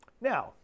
Now